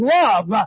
love